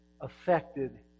affected